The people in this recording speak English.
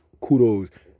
kudos